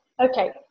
Okay